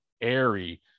airy